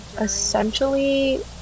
essentially